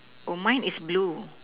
oh mine is blue